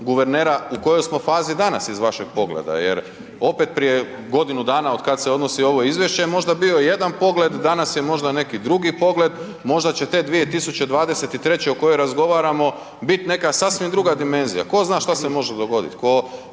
guvernera u kojoj smo fazi danas iz vašeg pogleda jer opet prije godinu dana otkad se odnosi ovo izvješće je možda bio jedan pogled, danas je možda neki drugi pogled. Možda će te 2023. o kojoj razgovaramo biti neka sasvim druga dimenzija. Tko zna šta se može dogoditi.